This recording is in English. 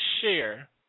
share